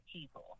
people